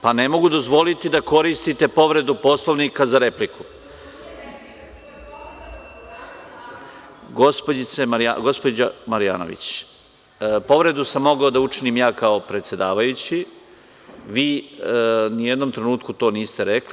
Pa, ne mogu dozvoliti da koristite povredu Poslovnika za repliku [[Vesna Marjanović, s mesta: To nije replika, to je povreda dostojanstva Narodne skupštine.]] Gospođo Marjanović, povredu sam mogao da učinim ja, kao predsedavajući, vi ni u jednom trenutku to niste rekli.